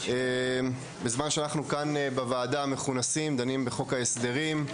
בזמן שאנחנו כאן בוועדה מכונסים ודנים בחוק ההסדרים,